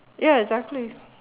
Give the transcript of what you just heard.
ya exactly